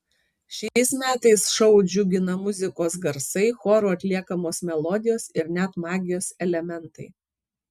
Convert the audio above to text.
šiais metais šou džiugina muzikos garsai choro atliekamos melodijos ir net magijos elementai